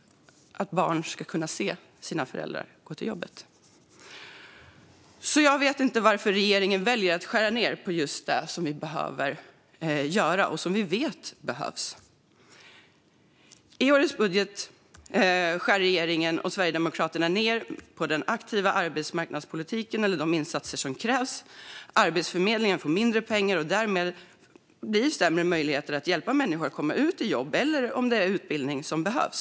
Jag vet alltså inte varför regeringen väljer att skära ned på just det som vi vet behöver göras. I årets budget skär regeringen och Sverigedemokraterna ned på den aktiva arbetsmarknadspolitiken och de insatser som krävs. Arbetsförmedlingen får mindre pengar och därmed sämre möjligheter att hjälpa människor att komma ut i jobb - eller om det är utbildning som behövs.